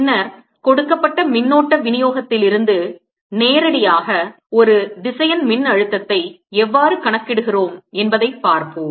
பின்னர் கொடுக்கப்பட்ட மின்னோட்ட விநியோகத்திலிருந்து நேரடியாக ஒரு திசையன் மின்னழுத்தத்தை எவ்வாறு கணக்கிடுகிறோம் என்பதைப் பார்ப்போம்